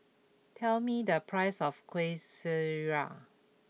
tell me the price of Kuih Syara